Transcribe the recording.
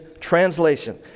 translation